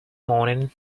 morning